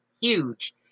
huge